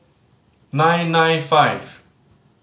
nine nine five